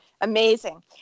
Amazing